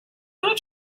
not